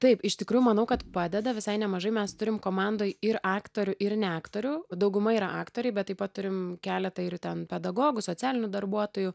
taip iš tikrųjų manau kad padeda visai nemažai mes turim komandoj ir aktorių ir ne aktorių dauguma yra aktoriai bet taip pat turim keletą ir ten pedagogų socialinių darbuotojų